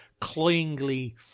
cloyingly